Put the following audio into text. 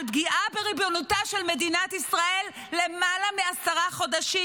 פגיעה בריבונותה של מדינת ישראל למעלה מעשרה חודשים,